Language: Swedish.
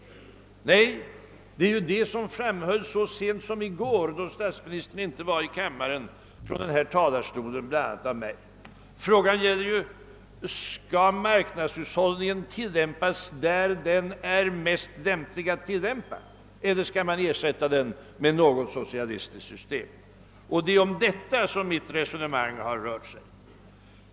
Nej, det är ju det som framhölls från denna talarstol bl.a. av mig så sent som i går, då statsministern inte var i kammaren. Frågan gäller ju: Skall marknadshushållningen tillämpas, där den är mest lämplig att tillämpa, eller skall man ersätta den med något socialistiskt system? Det är om detta mitt resonemang har rört sig.